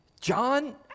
John